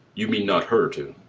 you mean not her to